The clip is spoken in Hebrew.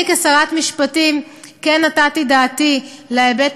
אני כשרת משפטים כן נתתי דעתי להיבט